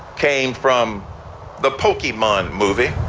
came from the pokemon movie.